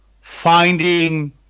finding